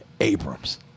Abrams